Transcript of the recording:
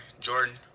Jordan